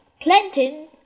Planting